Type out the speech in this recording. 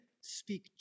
speak